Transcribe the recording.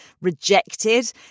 rejected